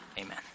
Amen